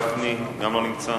גם גפני לא נמצא.